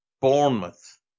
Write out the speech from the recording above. Bournemouth